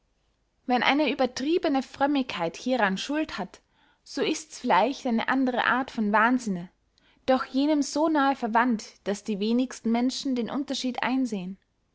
wenn eine übertriebene frömmigkeit hieran schuld hat so ists vielleicht eine andere art von wahnsinne doch jenem so nahe verwandt daß die wenigsten menschen den unterschied einsehen